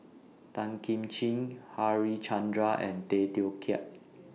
Tan Kim Ching Harichandra and Tay Teow Kiat